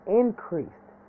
increased